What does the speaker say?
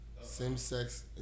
same-sex